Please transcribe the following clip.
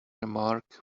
remark